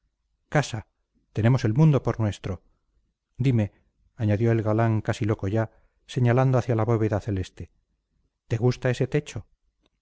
casa tenemos el mundo por nuestro dime añadió el galán casi loco ya señalando hacia la bóveda celeste te gusta ese techo